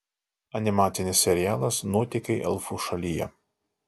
animacinis serialas nuotykiai elfų šalyje